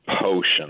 potion